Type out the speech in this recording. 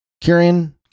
Kieran